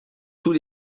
tous